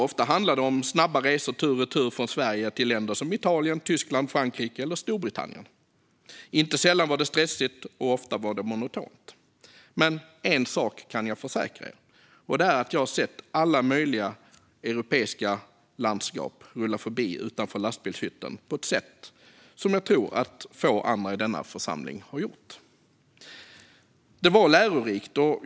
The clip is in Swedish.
Ofta handlade det om snabba resor tur och retur från Sverige till länder som Italien, Tyskland, Frankrike eller Storbritannien. Inte sällan var det stressigt, och ofta var det monotont. Men en sak kan jag försäkra er, och det är att jag har sett alla möjliga europeiska landskap rulla förbi utanför lastbilshytten på ett sätt som jag tror att få andra i denna församling har gjort. Det var lärorikt.